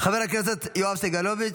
חבר הכנסת יואב סגלוביץ'